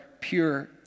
pure